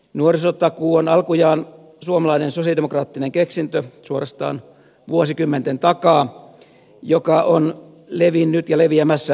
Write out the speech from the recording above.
nuorisotakuu on alkujaan suomalainen sosialidemokraattinen keksintö suorastaan vuosikymmenten takaa joka on levinnyt ja leviämässä eurooppaan